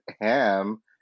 ham